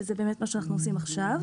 שזה באמת מה שאנחנו עושים עכשיו,